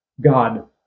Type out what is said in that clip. God